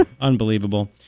unbelievable